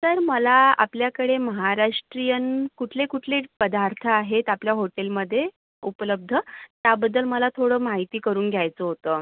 sir मला आपल्याकडे महाराष्ट्रीयन कुठले कुठले पदार्थ आहेत आपल्या हॉटेलमध्ये उपलब्ध त्याबद्दल मला थोडं माहिती करून घ्यायचं होतं